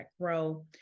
grow